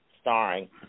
starring